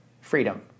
freedom